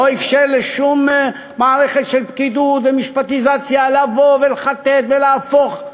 לא אפשר לשום מערכת של פקידות ומשפטיזציה לבוא ולחטט ולהפוך,